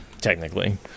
technically